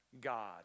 God